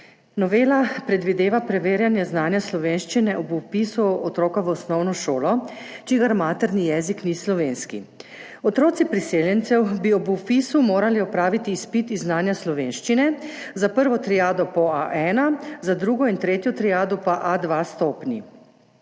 Novela predvideva preverjanje znanja slovenščine ob vpisu otroka v osnovno šolo, čigar materni jezik ni slovenski. Otroci priseljencev bi ob vpisu morali opraviti izpit iz znanja slovenščine, za prvo triado na A1, za drugo in tretjo triado pa na stopnji